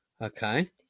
Okay